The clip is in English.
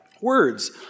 Words